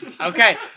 Okay